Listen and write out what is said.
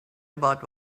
about